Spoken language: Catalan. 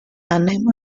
anem